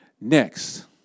Next